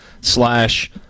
slash